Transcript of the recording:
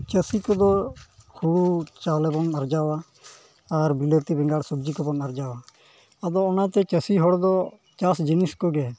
ᱪᱟᱹᱥᱤ ᱠᱚᱫᱚ ᱦᱩᱲᱩ ᱪᱟᱣᱞᱮᱵᱚᱱ ᱟᱨᱡᱟᱣᱟ ᱟᱨ ᱵᱤᱞᱟᱹᱛᱤ ᱵᱮᱸᱜᱟᱲ ᱥᱚᱵᱽᱡᱤ ᱠᱚᱵᱚᱱ ᱟᱨᱡᱟᱣᱟ ᱟᱫᱚ ᱚᱱᱟᱛᱮ ᱪᱟᱹᱥᱤ ᱦᱚᱲᱫᱚ ᱪᱟᱥ ᱡᱤᱱᱤᱥ ᱠᱚᱜᱮ